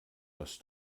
was